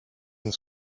and